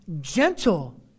gentle